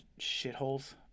shitholes